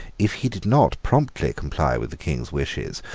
if he did not promptly comply with the king's wishes,